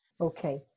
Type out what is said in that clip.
Okay